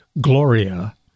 Gloria